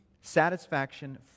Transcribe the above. satisfaction